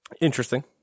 Interesting